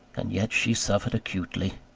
and yet she suffered acutely.